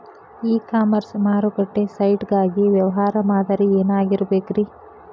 E commerce ಮಾರುಕಟ್ಟೆ site ಗಾಗಿ ವ್ಯವಹಾರ ಮಾದರಿ ಏನಾಗಿರಬೇಕ್ರಿ?